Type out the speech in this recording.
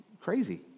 crazy